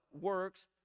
works